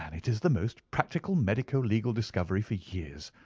and it is the most practical medico-legal discovery for years.